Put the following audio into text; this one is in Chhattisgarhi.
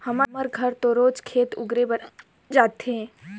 हमर घर तो रोज खेत अगुरे बर जाथे